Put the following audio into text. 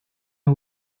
who